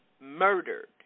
murdered